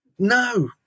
No